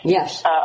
Yes